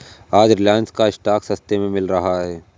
आज रिलायंस का स्टॉक सस्ते में मिल रहा है